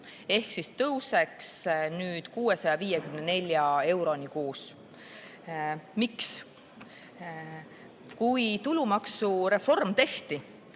ehk tõuseks nüüd 654 euroni kuus. Miks? Kui tulumaksureformi tehti